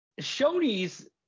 Shoney's